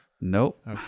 Nope